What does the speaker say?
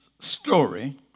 story